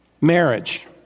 Marriage